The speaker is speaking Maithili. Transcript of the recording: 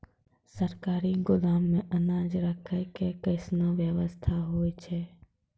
सरकारी गोदाम मे अनाज राखै के कैसनौ वयवस्था होय छै?